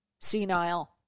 senile